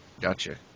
Gotcha